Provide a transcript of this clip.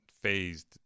phased